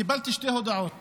קיבלתי שתי הודעות